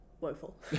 Woeful